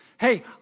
Hey